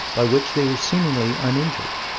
by which they were seemingly uninjured.